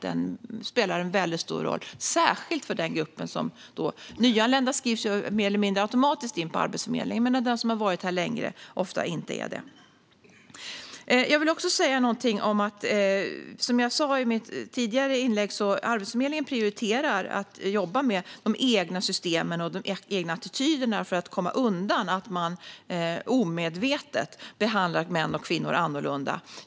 Den spelar stor roll särskilt för den grupp bestående av personer som har varit här länge och som ofta inte är inskrivna på Arbetsförmedlingen. Nyanlända skrivs ju in mer eller mindre automatiskt. Som jag sa i mitt tidigare inlägg prioriterar Arbetsförmedlingen att jobba med de egna systemen och attityderna för att komma undan att man omedvetet behandlar män och kvinnor olika.